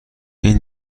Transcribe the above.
این